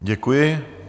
Děkuji.